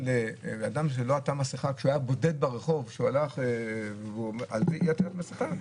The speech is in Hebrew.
דוח לאדם שלא עטה מסכה כשהוא היה בודד ברחוב על אי עטית מסכה,